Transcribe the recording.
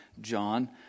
John